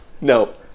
No